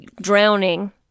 drowning